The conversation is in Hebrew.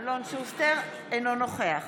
אינו נוכח